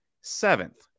seventh